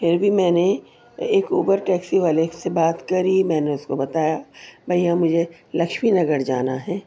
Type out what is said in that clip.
پھر بھی میں نے ایک اوبر ٹیکسی والے سے بات کری میں نے اس کو بتایا بھیا مجھے لکشمی نگر جانا ہے